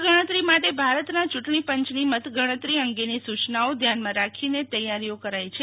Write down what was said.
મતગણતરી માટે ભારતના યૂં ટણી પંચની મત ગણતરી અંગેની સુ યનાઓ ધ્યાનમાં રાખીને તૈયારીઓ કરાઈ છે